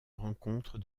rencontre